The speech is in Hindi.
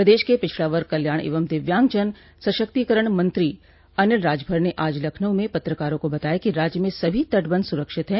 प्रदेश के पिछड़ा वर्ग कल्याण एवं दिव्यांग जन सशक्तिकरण मंत्री अनिल राजभर ने आज लखनऊ में पत्रकारों को बताया कि राज्य में सभी तटबंध सुरक्षित है